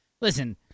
Listen